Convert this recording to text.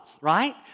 right